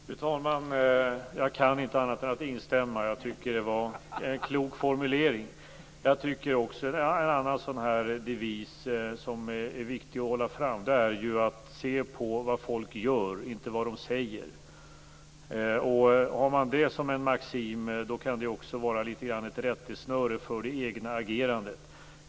Fru talman! Jag kan inte annat än instämma. Det var en klok formulering. En annan devis som är viktig att framhålla är: Se till vad folk gör - inte till vad de säger. Har man det som maxim kan det vara litet av ett rättesnöre för det egna agerandet.